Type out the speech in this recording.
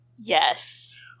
Yes